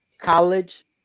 college